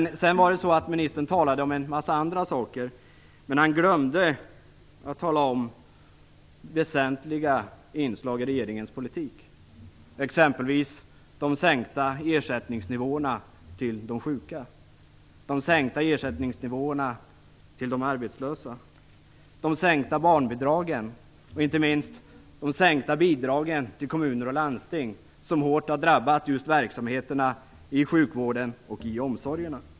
Arbetsmarknadsministern talade om en massa andra saker, men han glömde att tala om väsentliga inslag i regeringens politik, exempelvis de sänkta ersättningsnivåerna för de sjuka, de sänkta ersättningsnivåerna för de arbetslösa, de sänkta barnbidragen och inte minst de sänkta bidragen till kommuner och landsting, som hårt har drabbat just verksamheterna i sjukvården och i omsorgerna.